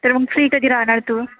तर मग फ्री कधी राहणार तू